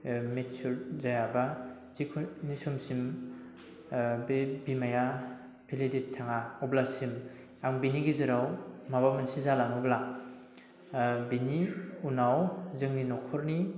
mature जायाब्ला जि समसिम बे बीमाया क्रेडिट थाङा अब्लासिम आं बिनि गेजेराव माबा मोनसे जालाङोब्ला बिनि उनाव जोंनि न'खरनि